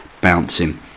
bouncing